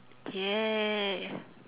!yay!